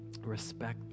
Respect